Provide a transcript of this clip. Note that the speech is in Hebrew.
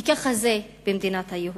כי כך זה במדינת היהודים.